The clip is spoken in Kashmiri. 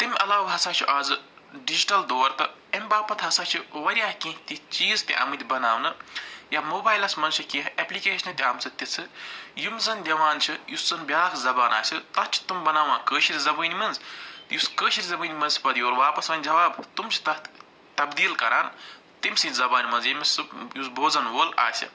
تَمہِ علاوٕ ہَسا چھِ اَزٕ ڈجٹل دور اَمہِ باپتھ ہَسا چھِ وارِیاہ کیٚنٛہہ تِتھۍ چیٖز تہِ آمٕتۍ بناونہٕ یا موبایلس منٛز چھِ کیٚنٛہہ ایپلِکیشنہٕ درٛامژٕ تِژھٕ یِم زن دِوان چھِ یُس زن بیٛاکھ زبان آسہِ تتھ چھِ تِم بناوان کٲشِر زبٲنۍ منٛز یُس کٲشِر زبٲنہِ منٛز پتہٕ یورٕ واپس وَنہِ جواب تِم چھِ تتھ تبدیٖل کَران تَمہِ سٕنٛزِ زبانہِ منٛز ییٚمِس سُہ یُس بوزن وول آسہِ